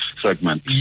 segment